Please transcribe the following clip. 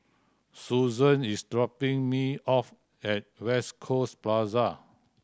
Susanne is dropping me off at West Coast Plaza